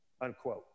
unquote